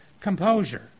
composure